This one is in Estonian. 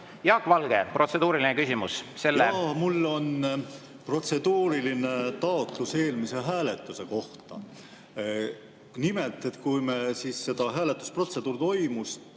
209.Jaak Valge, protseduuriline küsimus!